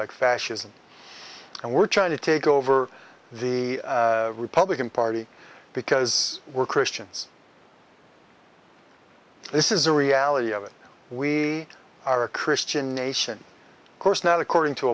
like fascism and we're trying to take over the republican party because we're christians this is the reality of it we are a christian nation of course not according to